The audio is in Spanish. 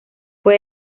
fue